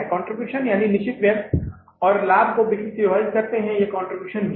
contribution यानि निश्चित व्यय और लाभ को बिक्री से विभाजित करते है यह कंट्रीब्यूशन भी है